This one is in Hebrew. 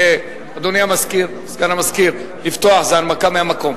אדוני סגן המזכיר, לפתוח רמקול, זו הנמקה מהמקום.